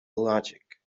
logic